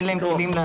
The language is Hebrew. אין להם כלים לעזור.